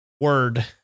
word